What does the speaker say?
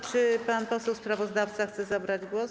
Czy pan poseł sprawozdawca chce zabrać głos?